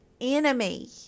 enemy